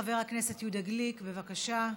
חבר הכנסת יהודה גליק, בבקשה,